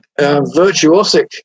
virtuosic